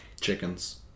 Chickens